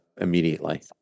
immediately